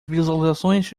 visualizações